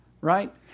right